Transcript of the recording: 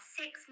six